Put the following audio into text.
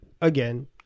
again